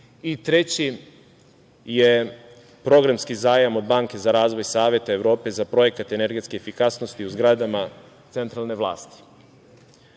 i treći je programski zajam od banke za razvoj Saveta Evrope za projekat energetske efikasnosti u zgradama centralne